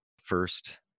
first